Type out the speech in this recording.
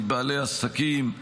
מבעלי עסקים.